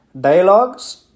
Dialogues